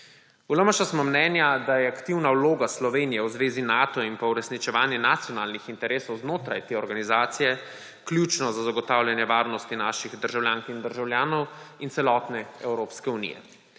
V LMŠ smo mnenja, da je aktivna vloga Slovenije v zvezi Nato in pa uresničevanje nacionalnih interesov znotraj te organizacije ključno za zagotavljanje varnosti naših državljank in državljanov in celotne Evropske unije.